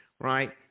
Right